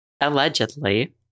allegedly